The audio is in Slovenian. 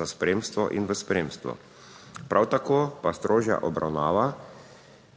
za spremstvo in v spremstvu. Prav tako pa strožja obravnava